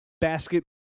basket